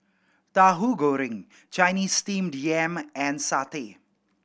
Tauhu Goreng Chinese Steamed Yam and satay